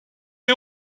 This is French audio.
des